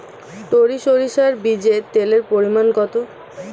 টরি সরিষার বীজে তেলের পরিমাণ কত?